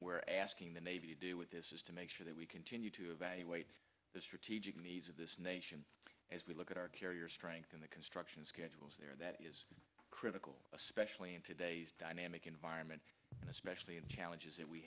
we're asking the navy to deal with this is to make sure that we continue to evaluate the strategic needs of this nation as we look at our carrier strength in the construction schedules there that is critical especially in today's dynamic environment especially in challenges that we